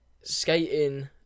skating